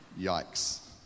yikes